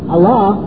Allah